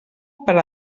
per